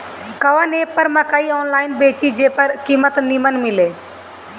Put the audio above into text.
कवन एप पर मकई आनलाइन बेची जे पर कीमत नीमन मिले?